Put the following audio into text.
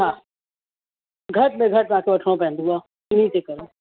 हा घट में घटि तव्हांखे वठिणो पवंदुव इन्ही जे करे